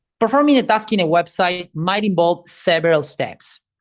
performing a task in a website might involve several steps,